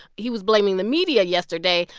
he was blaming the media yesterday,